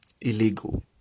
illegal